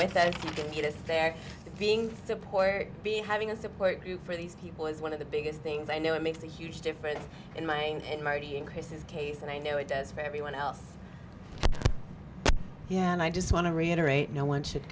with that if you can get us there being support be having a support group for these people is one of the biggest things i know it makes a huge difference in my in marty increases case and i know it does for everyone else yeah and i just want to reiterate no one should